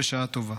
בשעה טובה.